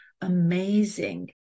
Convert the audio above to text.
amazing